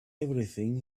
everything